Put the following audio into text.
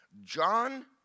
John